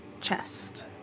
chest